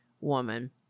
woman